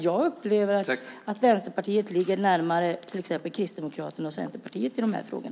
Jag upplever att Vänsterpartiet ligger närmare till exempel Kristdemokraterna och Centerpartiet i dessa frågor.